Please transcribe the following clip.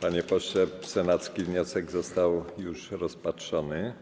Panie pośle, senacki wniosek został już rozpatrzony